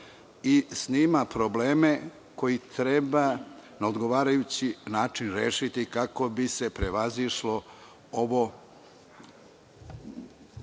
i snima probleme koje treba na odgovarajući način rešiti, kako bi se prevazišli